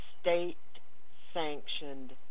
state-sanctioned